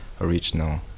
original